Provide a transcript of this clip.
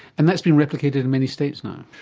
and that's been replicated in many states now?